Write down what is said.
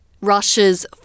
Russia's